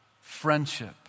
friendship